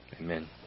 Amen